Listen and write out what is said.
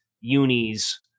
unis